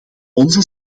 onze